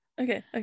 okay